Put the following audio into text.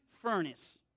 furnace